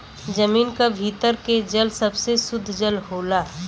जमीन क भीतर के जल सबसे सुद्ध जल होला